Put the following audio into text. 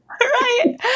Right